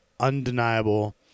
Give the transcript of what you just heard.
undeniable